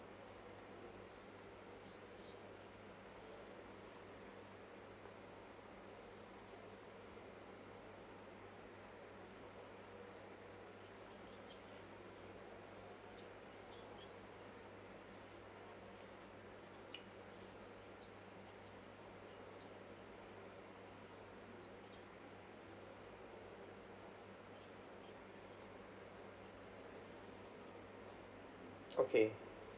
okay